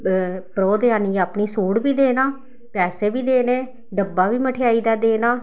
परोह्तैनी गी अपनी सूट बी देना पैसे बी देने डब्बा बी मठेआई दा देना